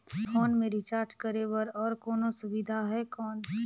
Phone मे recharge करे बर और कोनो सुविधा है कौन?